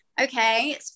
Okay